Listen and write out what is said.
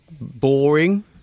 boring